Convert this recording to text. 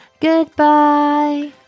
Goodbye